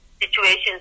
situations